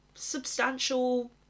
substantial